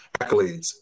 accolades